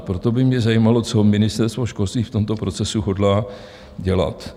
Proto by mě zajímalo, co Ministerstvo školství v tomto procesu hodlá dělat.